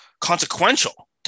consequential